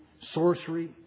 sorcery